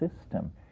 system